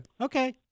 Okay